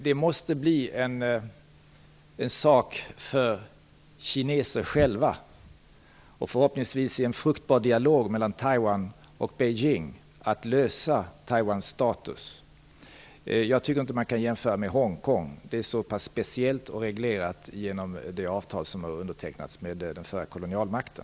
Det måste dock bli en sak för kineserna själva att, förhoppningsvis i en fruktbar dialog mellan Taiwan och Beijing, lösa frågan om Taiwans status. Jag tycker inte att man kan jämföra med Hongkong. Det området är så speciellt och reglerat genom det avtal som har träffats med den förra kolonialmakten.